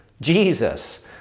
Jesus